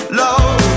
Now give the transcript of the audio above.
love